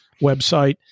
website